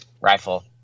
rifle